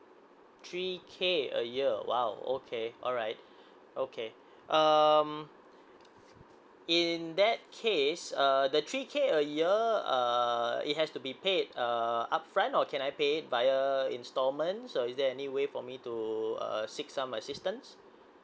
three k a year !wow! okay alright okay um in that case err the three k a year uh it has to be paid uh upfront or can I paid it via installment or is there any way for me to err seek some assistance